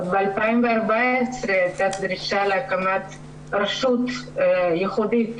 עוד ב-2014 הייתה דרישה להקמת רשות ייחודית